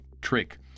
trick